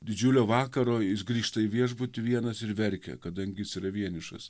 didžiulio vakaro jis grįžta į viešbutį vienas ir verkia kadangi jis yra vienišas